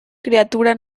criatura